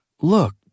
Look